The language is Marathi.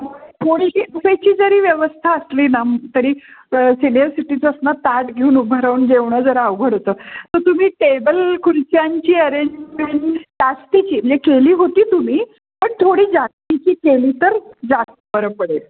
थोडीशी जरी व्यवस्था असली ना तरी सिनियर सिटीजन्सना ताट घेऊन उभं राहून जेवणं जरा अवघड होतं तर तुम्ही टेबलखुर्च्यांची अरेंजमेंट जास्तीची म्हणजे केली होती तुम्ही पण थोडी जास्तीची केली तर जास्त बरं पडेल